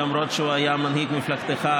למרות שהוא היה מנהיג מפלגתך,